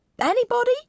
Anybody